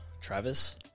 Travis